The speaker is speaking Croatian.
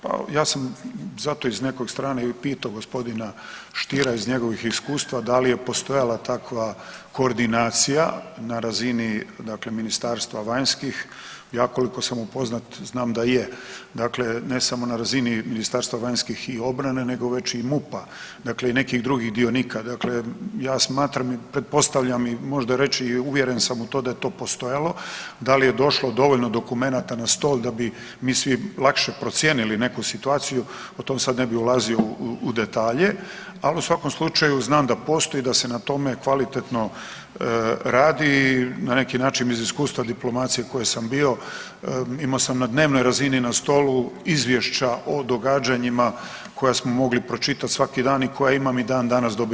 Pa ja sam zato iz neke strane i pitao gospodina Steira iz njegovih iskustva da li je postajala takva koordinacija na razini dakle Ministarstva vanjskih, ja koliko sam upoznat, znam da je, dakle ne samo na razini Ministarstvo vanjskih i obrane, nego već i MUP-a, dakle i nekih drugih dionika, dakle ja sam smatram i pretpostavljam, možda i reći i uvjeren sam u to da je to postojalo, da li je došlo dovoljno dokumenata na stol da bi mi svi lakše procijenili neku situaciju, u to sad ne bi ulazio u detalje, ali u svakom slučaju znam da postoji i da se na tome kvalitetno radi, na neki način iz iskustva diplomacije u kojoj sam bio, imao sam na dnevnoj razini na stolu izvješća o događanjima koja smo mogli pročitat svaki dan i koja imam i dandanas dobivam kao predsjednik odbora.